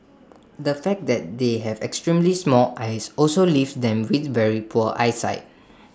the fact that they have extremely small eyes also leaves them with very poor eyesight